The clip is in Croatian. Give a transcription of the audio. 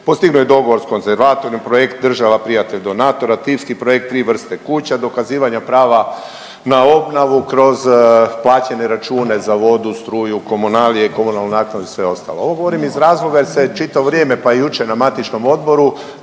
postignut je dogovor s konzervatorom, projekt država, prijatelj, donator, tipski projekt tri vrste kuća, dokazivanja prava na obnovu kroz plaćene račune za vodu, struju, komunalije, komunalnu naknadu i sve ostalo. Ovo govorim iz razloga jer se čitavo vrijeme pa i jučer na matičnom odboru